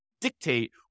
dictate